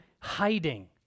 hiding